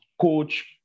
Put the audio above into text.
coach